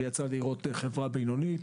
יצא לי לראות איך זה פועל בחברה בינונית.